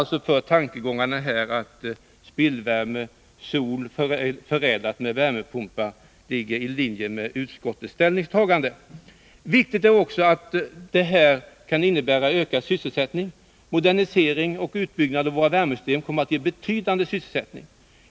Tankegångarna när det gäller spillvärme och solvärme förenad med värmepumpar ligger alltså i linje med utskottets ställningstagande. Viktigt är också att detta kan innebära ökad sysselsättning. Modernisering och utbyggnad av våra värmesystem kommer att ge en betydande sysselsättning.